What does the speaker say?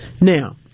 Now